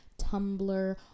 tumblr